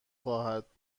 خواهد